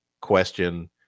question